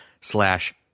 slash